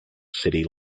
city